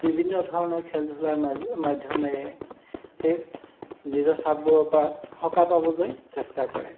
বিভিন্ন ধৰণৰ খেল ধূলাৰ মা মাধ্যমেৰে সেই নিজৰ চাপবোৰৰ পৰা সকাহ পাবলৈ চেষ্টা কৰে